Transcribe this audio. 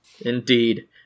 Indeed